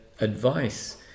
advice